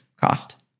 cost